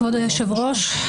כבוד היושב-ראש,